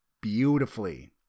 beautifully